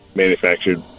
manufactured